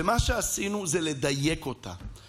ומה שעשינו זה לדייק אותה,